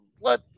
let